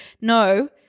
no